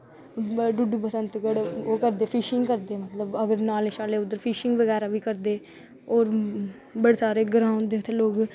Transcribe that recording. डुडू बसैंतगढ़ ओह् करदे फिछिंग करदे अगर नाले शाले उत्थै फिशिंग बगैरा बी करदे और बड़ा सारे ग्रांऽ होंदे उत्थै लोग